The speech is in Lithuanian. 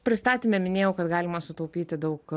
pristatyme minėjau kad galima sutaupyti daug